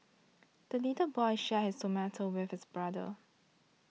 the little boy shared his tomato with his brother